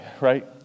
right